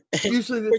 Usually